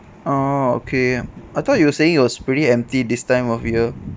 ah okay I thought you were saying it was pretty empty this time of year